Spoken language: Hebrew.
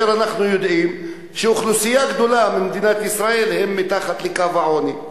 אנחנו יודעים שאוכלוסייה גדולה במדינת ישראל היא מתחת לקו העוני,